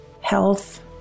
health